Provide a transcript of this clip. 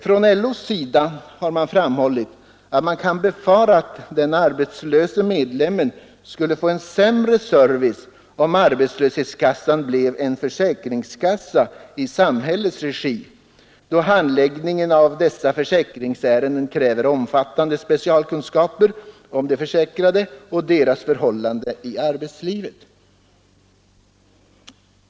Från LO:s sida har man framhållit att man kan befara att den arbetslöse medlemmen skulle få en sämre service om arbetslöshetskassan blev en försäkringskassa i samhällets regi, då handläggningen av dessa försäkringsärenden kräver omfattande specialkunskaper om de försäkrade och deras förhållanden i arbetslivet.